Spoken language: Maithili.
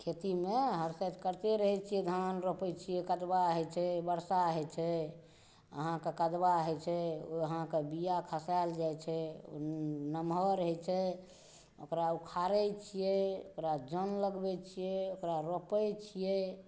खेतीमे हरसैत करिते रहै छियै धान रोपै छियै कदबा होइ छै बरसा होइ छै अहाँकेॅं कदबा होइ छै ओ अहाँके बीया खसायल जाय छै नमहर होइ छै ओकरा उखारै छियै ओकरा जन लगबै छियै ओकरा रोपै छियै